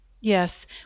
Yes